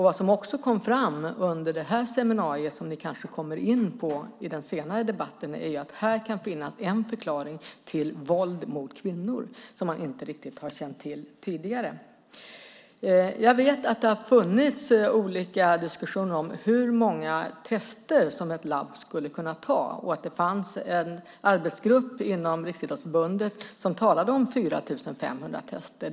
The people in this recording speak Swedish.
Vad som också kom fram under detta seminarium - det kanske ni kommer in på i debatten senare i veckan - var att det här kan finnas en förklaring till våld mot kvinnor som man inte riktigt har känt till tidigare. Jag vet att det har varit olika diskussioner om hur många tester som ett labb skulle kunna ta och att det fanns en arbetsgrupp inom Riksidrottsförbundet som talade om 4 500 tester.